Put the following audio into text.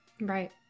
Right